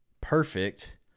perfect